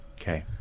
Okay